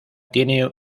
tiene